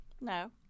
No